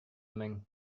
мең